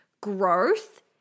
growth